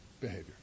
behavior